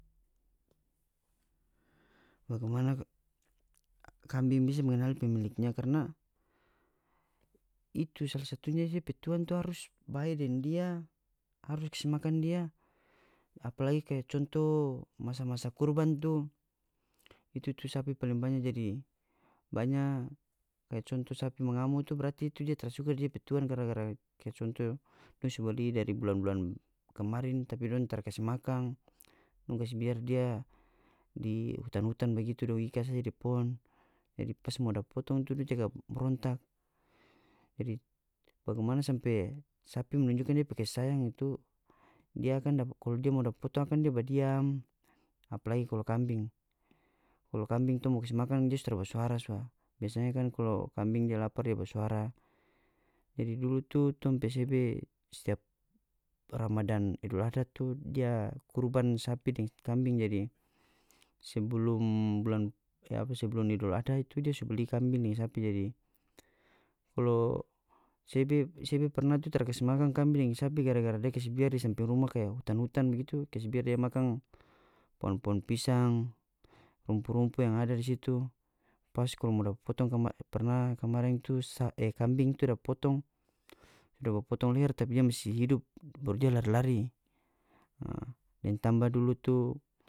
Bagimana kambing bisa mengenal pemiliknya karna itu sala satunya dia pe tuang tu harus bae deng dia harus kas makan dia apalagi kaya contoh masa-masa kurban tu itu tu sapi paling banya jadi banya kaya contoh sapi mangamo tu berati itu dia tara suka di dia pe tuang gara-gara kaya contoh tong so bali dari bulan-bulan kamarin tapi dong tara kase makan dong kase biar dia di hutan-hutan bagitu dong ika saja di pohon jadi pas mo dapa potong itu dong jaga barontak jadi bagimana sampe sapi menunjukan dia pe kasi sayang itu dia akan kalu dia mo dapat potong akan dia badiam apalagi kalu kambing kalu kambing tong mo kas makan dia so tara ba suara suda biasanya kan kalu kambing dia lapar dia ba suara jadi dulu tu tong pe sebe setiap ramadan idul adha tu dia kurban sapi deng kambing jadi sebelum bulan ke apa sebelum idul adha itu dia so beli kambing deng sapi jadi kalo sebe sebe perna tu tara kase makan kambing gara-gara dia kase biar di samping rumah kaya hutan-hutang bagitu kas biar dia makan pohon-pohon pisang rumpu-rumpu yang ada di situ pas kalu mo dapa potong perna kamaring tu e kambing tu dapa potong dapa potong leher tapi dia masih hidu baru dia lari-lari.